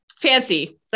fancy